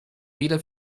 weder